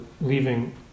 leaving